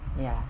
ya